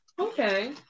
Okay